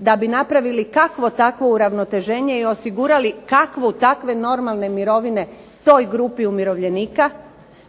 da bi napravili kakvo takvo uravnoteženje i osigurali kakve takve normalne mirovine toj grupi umirovljenika,